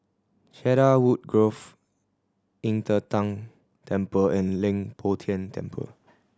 Cedarwood Grove Qing De Tang Temple and Leng Poh Tian Temple